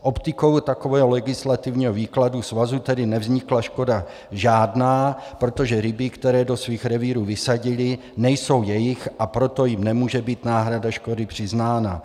Optikou takového legislativního výkladu tedy svazu nevznikla škoda žádná, protože ryby, které do svých revírů vysadili, nejsou jejich, a proto jim nemůže být náhrada škody přiznána.